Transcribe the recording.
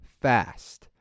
fast